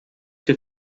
que